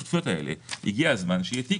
שבשותפויות האלה הגיע הזמן שיהיה תיק,